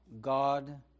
God